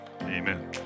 Amen